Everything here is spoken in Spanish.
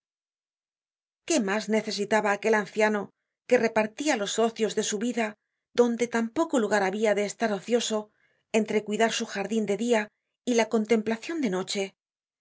qué mas necesitaba aquel anciano que repartia los ocios de su vida donde tan poco lugar habia de estar ocioso entre cuidar su jardin de dia y la contemplacion de noche